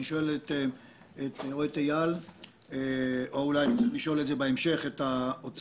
אני שואל את איל או שאני צריך לשאול את זה בהמשך את האוצר,